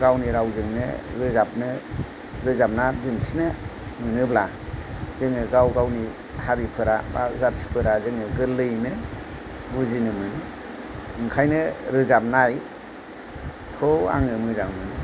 गावनि रावजोंनो रोजाबनो रोजाबना दिन्थिनो मोनोब्ला जोङो गाव गावनि हारिफोरा बा जाथिफोरा जोङो गोरलैयैनो बुजिनो मोनो ओंखायनो रोजाबनायखौ आङो मोजां मोनो